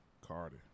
Cardi